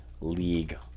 league